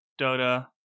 Dota